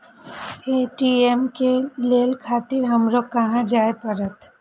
ATM ले खातिर हमरो कहाँ जाए परतें?